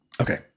Okay